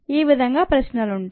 ఈ విధంగా ప్రశ్నలుంటాయి